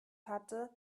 hatte